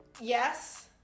Yes